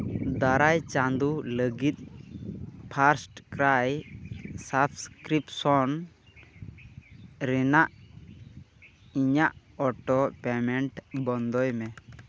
ᱫᱟᱨᱟᱭ ᱪᱟᱸᱫᱳ ᱞᱟᱹᱜᱤᱫ ᱯᱷᱟᱥᱴ ᱠᱨᱟᱭ ᱥᱟᱵ ᱠᱨᱤᱯᱥᱚᱱ ᱨᱮᱱᱟᱜ ᱤᱧᱟᱹᱜ ᱚᱴᱳ ᱯᱮᱢᱮᱱᱴ ᱵᱚᱱᱫᱚᱭ ᱢᱮ